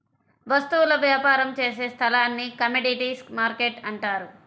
వస్తువుల వ్యాపారం చేసే స్థలాన్ని కమోడీటీస్ మార్కెట్టు అంటారు